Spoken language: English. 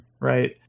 right